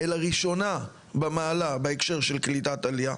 אלא ראשונה במעלה בהקשר של קליטת עלייה,